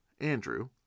Andrew